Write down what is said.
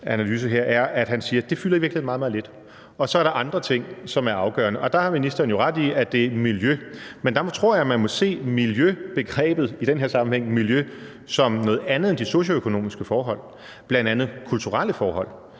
analyse her, er, at han siger, at det i virkeligheden fylder meget, meget lidt, og så er der andre ting, som er afgørende. Og der har ministeren jo ret i, at det er miljø. Men der tror jeg, at man i den her sammenhæng må se miljøbegrebet som noget andet end de socioøkonomiske forhold, bl.a. kulturelle forhold.